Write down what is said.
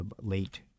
late